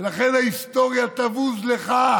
ולכן ההיסטוריה תבוז לך,